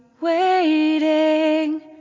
waiting